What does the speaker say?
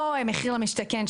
לא מחיר למשתכן,